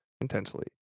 intensely